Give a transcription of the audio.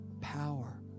power